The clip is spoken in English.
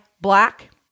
black